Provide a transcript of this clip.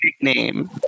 nickname